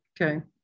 Okay